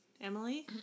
Emily